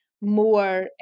more